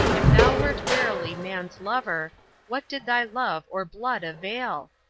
if thou wert verily man's lover what did thy love or blood avail?